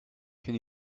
can